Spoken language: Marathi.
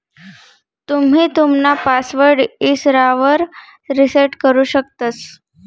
तुम्ही तुमना पासवर्ड इसरावर रिसेट करु शकतंस